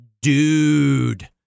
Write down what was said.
Dude